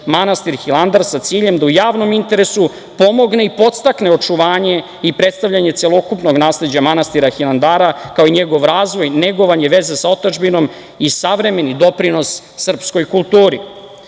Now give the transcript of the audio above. manastir Hilandar sa ciljem da u javnom interesu pomogne i podstakne očuvanje i predstavljanje celokupnog nasleđa manastira Hilandara, kao i njegov razvoj, negovanje, veze sa otadžbinom i savremeni doprinos srpskoj kulturi. Hilandar